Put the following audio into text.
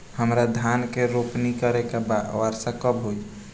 हमरा धान के रोपनी करे के बा वर्षा कब तक होई?